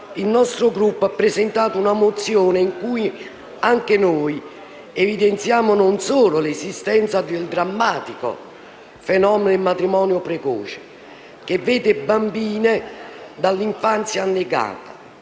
il nostro Gruppo ha presentato una mozione in cui anche noi evidenziamo l'esistenza del drammatico fenomeno del matrimonio precoce, che vede bambine dall'infanzia negata,